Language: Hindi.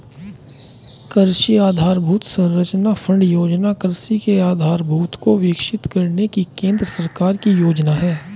कृषि आधरभूत संरचना फण्ड योजना कृषि के आधारभूत को विकसित करने की केंद्र सरकार की योजना है